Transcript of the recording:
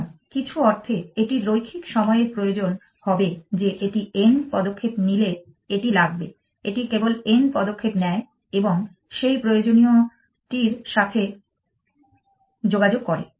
সুতরাং কিছু অর্থে এটির রৈখিক সময়ের প্রয়োজন হবে যে এটি n পদক্ষেপ নিলে এটি লাগবে এটি কেবল n পদক্ষেপ নেয় এবং সেই প্রয়োজনীয়টির সাথে যোগাযোগ করে